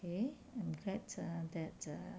K I'm glad err that err